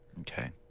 okay